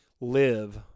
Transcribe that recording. live